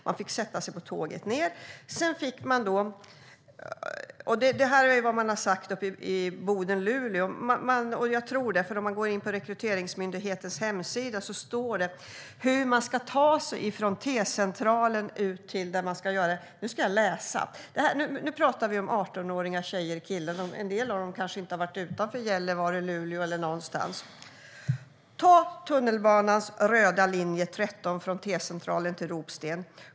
De fick sätta sig på tåget ned. Sedan fick de - det här är vad har sagts till mig uppe i Boden och Luleå, och jag tror det, för det står också på Rekryteringsmyndighetens hemsida - instruktioner om hur man ska ta sig från T-Centralen till Rekryteringsmyndigheten. Nu pratar vi om 18-åriga tjejer och killar, och en del av dem kanske inte har varit utanför Gällivare, Luleå eller var de kommer från. De här instruktionerna får de: "Ta tunnelbanans röda linje 13 från T-Centralen till Ropsten.